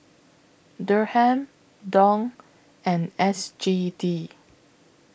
Dirham Dong and S G D